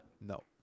No